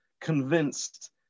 convinced